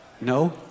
No